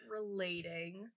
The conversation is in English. relating